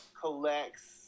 collects